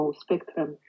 spectrum